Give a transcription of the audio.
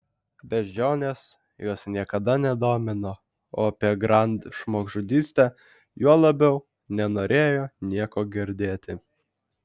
beždžionės jos niekada nedomino o apie grand žmogžudystę juo labiau nenorėjo nieko girdėti